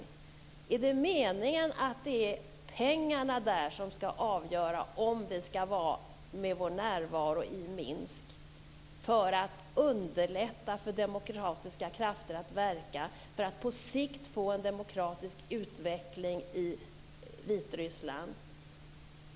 Är det meningen att det är pengarna som ska avgöra hur det ska bli med Sveriges närvaro i Minsk för att underlätta för demokratiska krafter att verka så att det på sikt blir en demokratisk utveckling i Vitryssland?